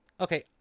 okay